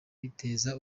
biteza